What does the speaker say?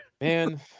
Man